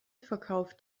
verkauft